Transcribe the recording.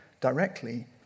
directly